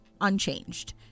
unchanged